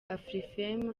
afrifame